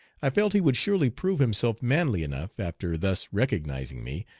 i felt he would surely prove himself manly enough, after thus recognizing me,